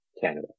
Canada